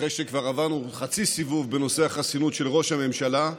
אחרי שכבר עברנו חצי סיבוב בנושא החסינות של ראש הממשלה,